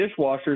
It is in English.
dishwashers